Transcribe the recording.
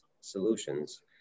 solutions